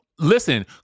Listen